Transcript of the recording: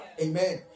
Amen